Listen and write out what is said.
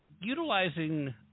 utilizing